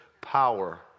Power